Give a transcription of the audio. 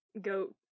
goat